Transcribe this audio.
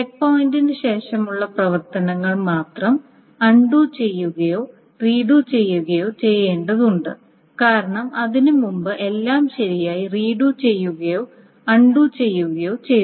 check പോയിന്റിന് ശേഷമുള്ള പ്രവർത്തനങ്ങൾ മാത്രം അൺണ്ടു ചെയ്യുകയോ റീഡു ചെയ്യുകയോ ചെയ്യേണ്ടതുണ്ട് കാരണം അതിനുമുമ്പ് എല്ലാം ശരിയായി റീഡു ചെയ്യുകയോ അൺണ്ടു ചെയ്യുകയോ ചെയ്തു